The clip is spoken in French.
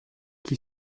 qui